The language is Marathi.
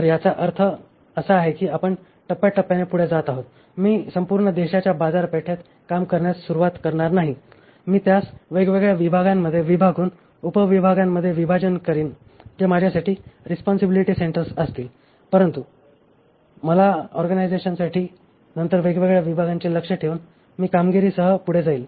तर याचा अर्थ असा की आपण टप्प्याटप्प्याने पुढे जात आहात मी संपूर्ण देशाच्या बाजारपेठेत काम करण्यास सुरवात करणार नाही मी त्यास वेगवेगळ्या विभागांमध्ये विभागून उप विभागांमध्ये विभाजन करीन जे माझ्यासाठी रिस्पॉन्सिबिलिटी सेंटर्स असतील परंतु माझ्या ऑर्गनायझेशनसाठी आणि नंतर वेगवेगळ्या विभागांचे लक्ष्य ठेवून मी कामगिरीसह पुढे जाईल